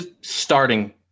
Starting